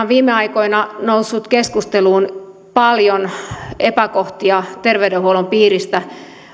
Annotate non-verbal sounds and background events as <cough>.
<unintelligible> viime aikoina noussut keskusteluun paljon epäkohtia terveydenhuollon piiristä